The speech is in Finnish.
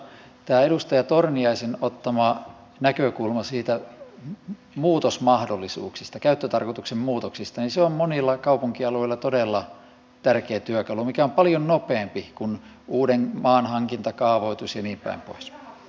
tämä edustaja torniaisen ottama näkökulma niistä käyttötarkoituksen muutosmahdollisuuksista on monilla kaupunkialueilla todella tärkeä työkalu mikä on paljon nopeampi kuin uuden maan hankinta kaavoitus ja niinpäin pois